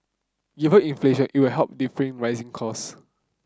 even inflation it will help defray rising cost